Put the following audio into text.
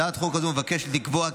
הצעת החוק מבקשת לקבוע,